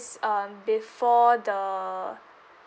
um before the